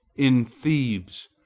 in thebes,